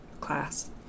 class